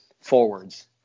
forwards